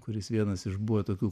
kuris vienas iš buvo tokių